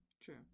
True